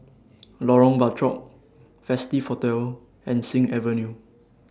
Lorong Bachok Festive Hotel and Sing Avenue